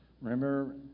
remember